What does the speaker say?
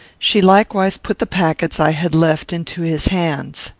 she likewise put the packets i had left into his hands.